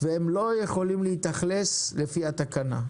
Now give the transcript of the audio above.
והם לא יכולים להתאכלס לפי התקנה.